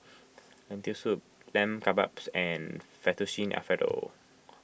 Lentil Soup Lamb Kebabs and Fettuccine Alfredo